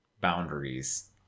boundaries